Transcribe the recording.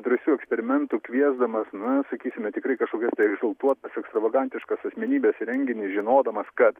drąsių eksperimentų kviesdamas na sakysime tikrai kažkokias tai egzaltuotas ekstravagantiškas asmenybes į renginį žinodamas kad